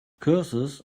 curses